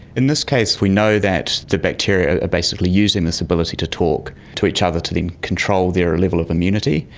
in this case we know that the bacteria are basically using this ability to talk to each other, to then control their level of immunity.